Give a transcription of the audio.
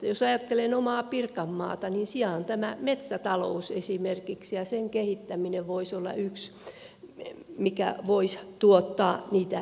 jos ajattelen omaa pirkanmaata niin siellä on tämä metsätalous esimerkiksi ja sen kehittäminen voisi olla yksi mikä voisi tuottaa niitä työpaikkoja